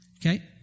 Okay